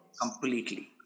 Completely